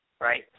right